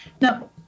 Now